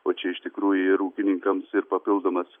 o čia iš tikrųjų ir ūkininkams ir papildomas